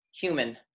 human